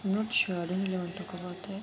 I'm not sure இவங்களோட:ivangaloda growth